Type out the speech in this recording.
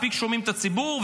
מספיק שומעים את הציבור,